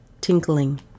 tinkling